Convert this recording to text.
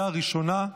אינה נוכחת.